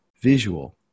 visual